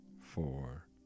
four